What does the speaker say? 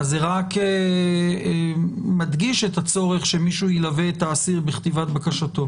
זה רק מדגיש את הצורך שמישהו ילווה את האסיר בכתיבת בקשתו.